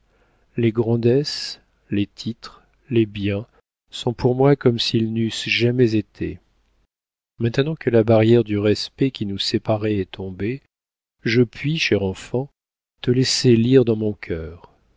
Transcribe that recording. les grandesses les titres les biens sont pour moi comme s'ils n'eussent jamais été maintenant que la barrière du respect qui nous séparait est tombée je puis cher enfant te laisser lire dans mon cœur